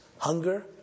Hunger